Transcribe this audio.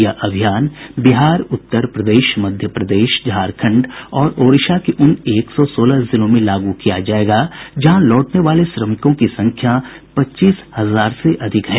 यह अभियान बिहार उत्तर प्रदेश मध्यप्रदेश झारखंड और ओडीशा के उन एक सौ सोलह जिलों में लागू किया जाएगा जहां लौटने वाले श्रमिकों की संख्या पच्चीस हजार से ज्यादा रही है